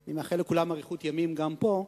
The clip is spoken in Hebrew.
אני מאחל לכולם אריכות ימים גם פה.